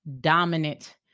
dominant